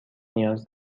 نیاز